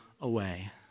away